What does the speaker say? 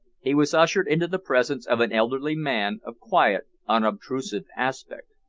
he was ushered into the presence of an elderly man of quiet, unobtrusive aspect.